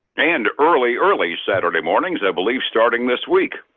and early early saturday mornings, i believe starting this week?